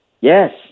Yes